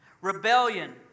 rebellion